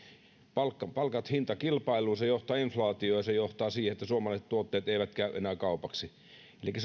palkat palkat hintakilpailuun se johtaa inflaatioon se johtaa siihen että suomalaiset tuotteet eivät käy enää kaupaksi elikkä